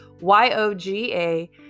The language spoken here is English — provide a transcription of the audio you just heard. Y-O-G-A